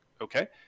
okay